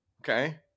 Okay